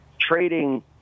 trading